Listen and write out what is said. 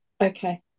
Okay